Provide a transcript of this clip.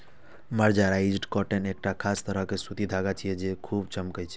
mercerised cotton एकटा खास तरह के सूती धागा छियै, जे खूब चमकै छै